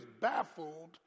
baffled